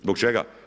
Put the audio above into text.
Zbog čega?